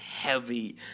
heavy